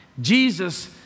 Jesus